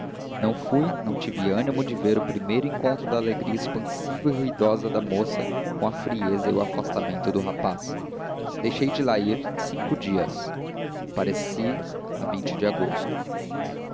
não fui não tive animo de ver o primeiro encontro da alegria expansiva e ruidosa da moça com a frieza e o afastamento do rapaz deixei de lá ir cinco dias apareci a de agosto